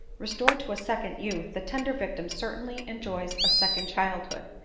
restored to a second youth, the tender victim certainly enjoys a second childhood,